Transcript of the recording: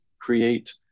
create